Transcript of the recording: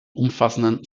umfassenden